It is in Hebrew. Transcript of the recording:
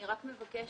אני רק מבקשת